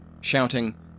shouting